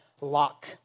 lock